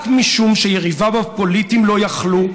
רק משום שיריביו הפוליטיים לא יכלו,